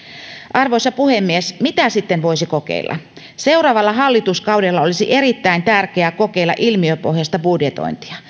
arvoisa puhemies mitä sitten voisi kokeilla seuraavalla hallituskaudella olisi erittäin tärkeää kokeilla ilmiöpohjaista budjetointia